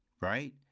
right